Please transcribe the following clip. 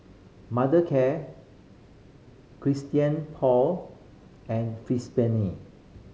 Mothercare Christian Paul and Fristine